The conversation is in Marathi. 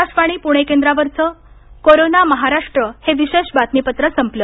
आकाशवाणी प्णे केंद्रावरच कोरोना महाराष्ट्र हे विशेष बातमीपत्र संपल